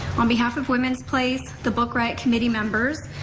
on behalf of women's place, the book riot committee members,